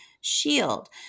shield